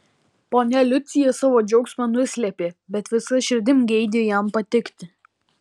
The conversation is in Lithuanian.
ponia liucija savo džiaugsmą nuslėpė bet visa širdim geidė jam patikti